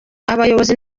abayobozi